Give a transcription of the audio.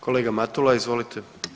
Kolega Matula izvolite.